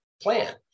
plan